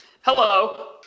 Hello